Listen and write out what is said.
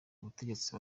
ubutegetsi